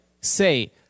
say